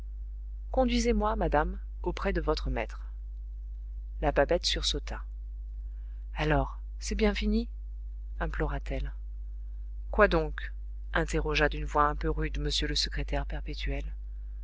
conduisez-moi madame auprès de votre maître la babette sursauta alors c'est bien fini implora t elle quoi donc interrogea d'une voix un peu rude m le secrétaire perpétuel